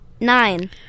Nine